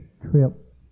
trip